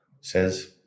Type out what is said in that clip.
says